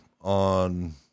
on